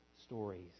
stories